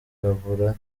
b’abirabura